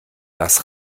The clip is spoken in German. das